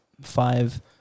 five